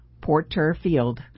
Porterfield